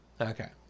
Okay